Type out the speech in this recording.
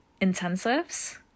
intensives